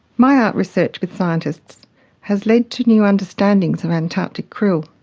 my art research with scientists has led to new understandings of antarctic krill,